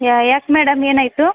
ಯಾ ಯಾಕೆ ಮೇಡಮ್ ಏನಾಯ್ತು